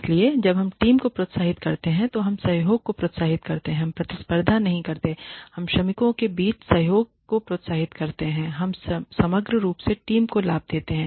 इसलिए जब हम टीम को प्रोत्साहित करते हैं तो हम सहयोग को प्रोत्साहित करते हैं हम प्रतिस्पर्धा नहीं करते हैं हम श्रमिकों के बीच सहयोग को प्रोत्साहित करते हैं और हम समग्र रूप से टीम को लाभ देते हैं